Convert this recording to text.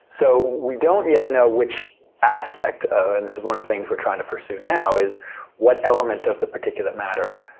so we don't yet know which aspect of and this is one of the things we're trying to pursue now is what element of the particulate matter,